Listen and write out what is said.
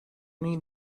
need